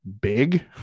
big